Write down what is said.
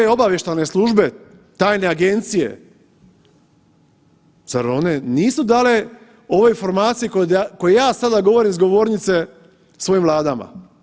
Zar te obavještajne službe, tajne agencije zar one nisu dale ove informacije koje ja sada govorim s govornice svojim vladama?